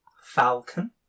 falcon